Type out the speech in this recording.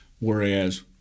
Whereas